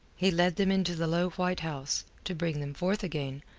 he led them into the low white house, to bring them forth again,